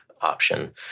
option